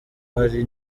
hari